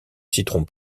citron